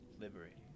Liberating